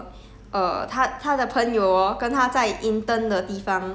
jing wei 讲 jing wei 讲他有一个 you yi ge